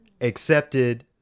accepted